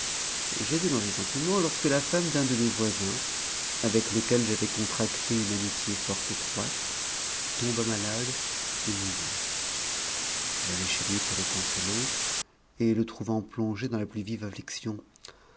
j'étais dans ces sentiments lorsque la femme d'un de mes voisinsavec lequel j'avais contracté une amitié fort étroite tomba malade et mourut j ai chez lui pour le consoler et le trouvant plongé dans la plus vive